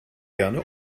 gerne